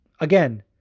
Again